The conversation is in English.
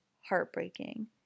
heartbreaking